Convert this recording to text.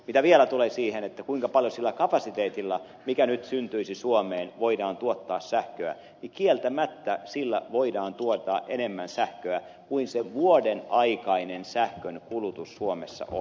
mitä vielä tulee siihen kuinka paljon sillä kapasiteetilla mikä nyt syntyisi suomeen voidaan tuottaa sähköä niin kieltämättä sillä voidaan tuottaa enemmän sähköä kuin se vuoden aikainen sähkön kulutus suomessa on